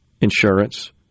insurance